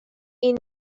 این